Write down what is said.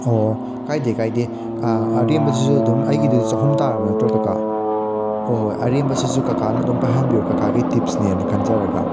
ꯑꯣ ꯀꯥꯏꯗꯦ ꯀꯥꯏꯗꯦ ꯑꯔꯦꯝꯕꯁꯤꯁꯨ ꯑꯗꯨꯝ ꯑꯩꯒꯤꯗꯨ ꯆꯍꯨꯝ ꯇꯥꯔꯕ ꯅꯠꯇ꯭ꯔꯣ ꯀꯀꯥ ꯍꯣꯏ ꯍꯣꯏ ꯑꯔꯦꯝꯕꯁꯤꯁꯨ ꯀꯀꯥꯅ ꯑꯗꯨꯝ ꯄꯥꯏꯍꯟꯕꯤꯔꯣ ꯀꯀꯥꯒꯤ ꯇꯤꯞꯁꯅꯦꯅ ꯈꯟꯖꯔꯒ